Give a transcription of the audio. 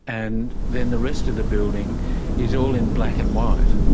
and then the rest of the building is all in black and white,